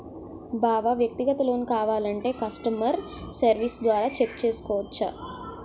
బావా వ్యక్తిగత లోన్ కావాలంటే కష్టమర్ సెర్వీస్ల ద్వారా చెక్ చేసుకోవచ్చు